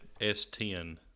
s10